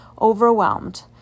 overwhelmed